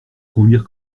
conduire